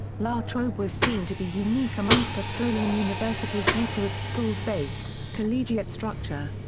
la trobe was seen to be unique amongst australian universities due to its schools-based, collegiate structure.